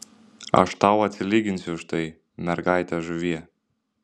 aš tau atsilyginsiu už tai mergaite žuvie